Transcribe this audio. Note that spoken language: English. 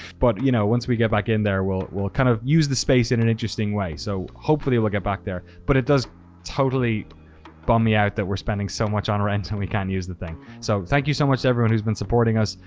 but you know, once we get back in there we'll, kind of use the space in an interesting way. so hopefully it will get back there. but it does totally bum me out that we're spending so much on rent and we can't use the thing. so thank you so much to everyone who's been supporting us.